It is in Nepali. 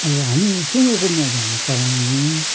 अब हामी सुँगुरको मल चाहिँ हामी चलाउँदैनौँ